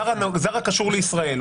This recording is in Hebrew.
זר הקשור לישראל.